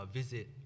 visit